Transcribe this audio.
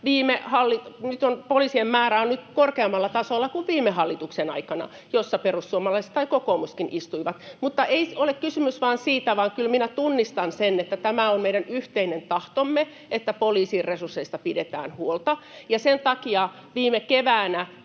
Poliisien määrä on nyt korkeammalla tasolla kuin viime hallituksen aikana, jossa perussuomalaiset tai kokoomuskin istuivat. Mutta ei ole kysymys vain siitä, vaan kyllä minä tunnistan sen, että tämä on meidän yhteinen tahtomme, että poliisin resursseista pidetään huolta, ja sen takia viime keväänä